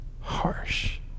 harsh